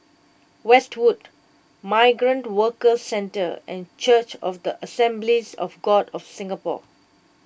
Westwood Migrant Workers Centre and Church of the Assemblies of God of Singapore